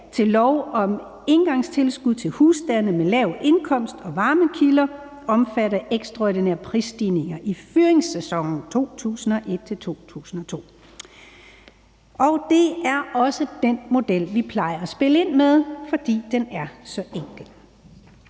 til lov om engangstilskud til husstande med lav indkomst og varmekilder omfattet af ekstraordinære prisstigninger i fyringssæsonen 2021-2022. Det er også den model, vi plejer at spille ind med, fordi den er så enkel.